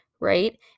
right